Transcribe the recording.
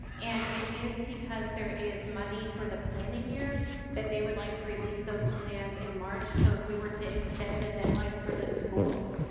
and it is because there is money for the planning year that they would like to release those plans in march so if we were to extend the deadline for those schools,